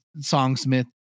songsmith